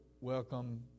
welcome